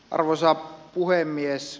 arvoisa puhemies